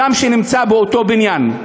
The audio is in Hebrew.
שאדם שנמצא באותו בניין,